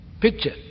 picture